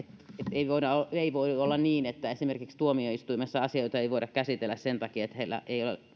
ei voi olla niin että esimerkiksi tuomioistuimessa asioita ei voida käsitellä sen takia että heillä ei ole